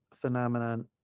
phenomenon